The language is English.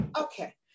Okay